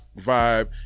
vibe